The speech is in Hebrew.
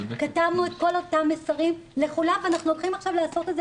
כתבנו את כל אותם מסרים לכולם ואנחנו הולכים עכשיו לעשות את זה,